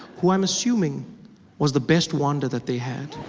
who i am assuming was the best wander that they had.